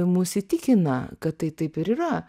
mus įtikina kad tai taip ir yra